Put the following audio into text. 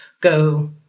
go